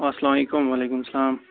اسلام علیکُم وعلیکُم سلام